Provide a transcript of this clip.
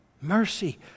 Mercy